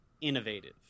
innovative